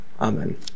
amen